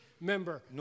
member